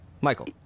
Michael